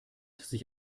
sich